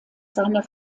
seiner